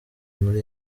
muri